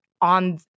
on